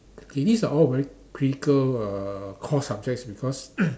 okay this are all very critical uh core subjects because